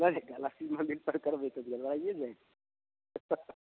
करबै तऽ गड़बड़ाइए जाइ छै